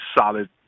solid